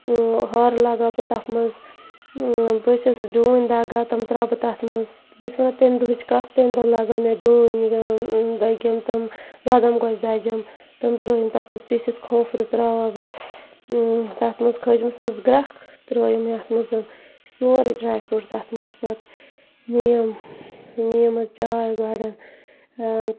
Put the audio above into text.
ہار لَگاوٕ بہٕ تتھ منٛز بٕے چھَس ڈوٗنۍ دَگان تِم ترٛاوٕ بہٕ تَتھ منٛز بہٕ چھَس وَنان تَمہِ دۄہٕچ کَتھ تَمہِ دۄہ لَگٲو مےٚ ڈوٗنۍ دٔگِم تِم بادَم گوجہِ دَجِم تِم ترٛٲوِم تَتھ منٛز پیٖسِتھ کھوٗپرٕ ترٛاوٕ بہٕ تَتھ منٛز کھٲجمَس حظ گرٮ۪کھ ترٛٲوِم مےٚ اَتھ منٛز سورُے ڈرٛے فروٗٹ تَتھ منٛز پَتہٕ نِیَم نِیَم حظ چاے گۄڈٕ آ